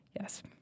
Yes